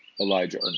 Elijah